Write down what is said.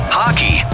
hockey